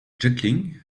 juggling